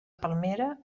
palmera